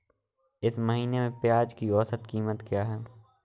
इस महीने में प्याज की औसत कीमत क्या है?